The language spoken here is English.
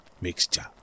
mixture